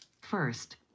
First